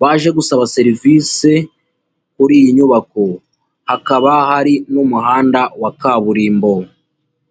baje gusaba serivise kuri iyi nyubako, hakaba hari n'umuhanda wa kaburimbo.